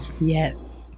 Yes